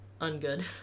ungood